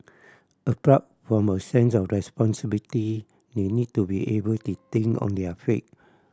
apart from a sense of responsibility they need to be able to think on their feet